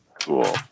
Cool